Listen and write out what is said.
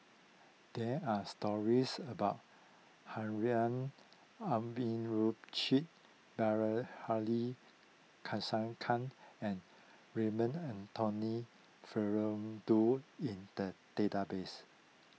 there are stories about Harun Aminurrashid Bilahari Kausikan and Raymond Anthony Fernando in the database